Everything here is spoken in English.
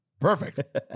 Perfect